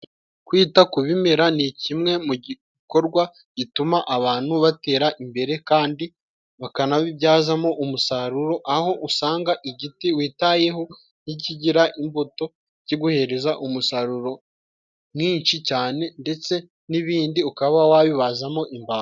Kwita ku bimera ni kimwe mu gikorwa gituma abantu batera imbere kandi bakanabibyazamo umusaruro, aho usanga igiti witayeho ntikigira imbuto kiguhereza umusaruro mwinshi cyane ndetse n'ibindi ukaba wabibazamo imbaho.